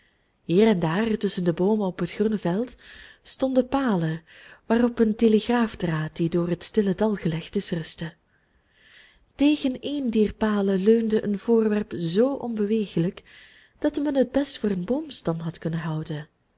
hier en daar tusschen de boomen op het groene veld stonden palen waarop een telegraafdraad die door het stille dal gelegd is rustte tegen een dier palen leunde een voorwerp zoo onbeweeglijk dat men het best voor een boomstam had kunnen houden